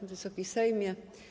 Wysoki Sejmie!